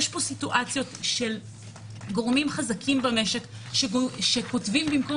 יש פה סיטואציות של גורמים חזקים במשק שכותבים במקום